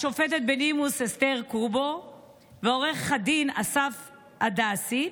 השופטת בדימוס אסתר קובו ועו"ד אסף הדסי,